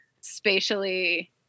spatially